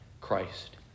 Christ